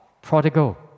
prodigal